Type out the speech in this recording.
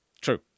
True